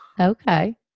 Okay